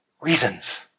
reasons